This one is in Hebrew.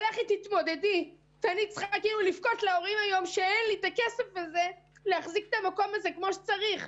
אני צריכה לבכות להורים שאין לי את הכסף הזה להחזיק את המקום כמו שצריך.